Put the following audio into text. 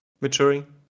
maturing